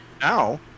now